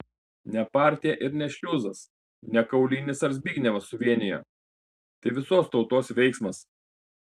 ne partija ir ne šliuzas ne kaulinis ar zbignevas suvienijo tai visos tautos veiksmas